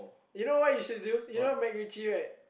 you know what you should do you know MacRitchie right